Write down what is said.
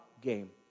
game